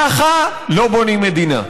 ככה לא בונים מדינה.